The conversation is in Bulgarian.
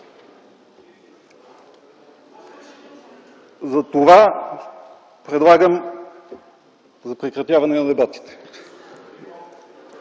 Затова предлагам прекратяване на дебатите.